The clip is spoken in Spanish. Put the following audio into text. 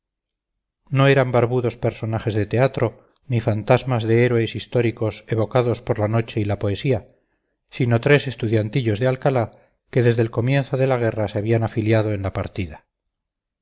no eran barbudos personajes de teatro ni fantasmas de héroes históricos evocados por la noche y la poesía sino tres estudiantillos de alcalá que desde el comienzo de la guerra se habían afiliado en la partida